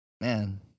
Man